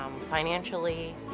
financially